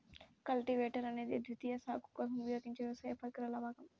cultivator అనేది ద్వితీయ సాగు కోసం ఉపయోగించే వ్యవసాయ పరికరాల భాగం